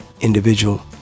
Individual